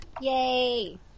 Yay